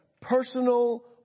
personal